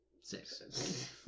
Six